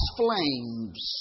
flames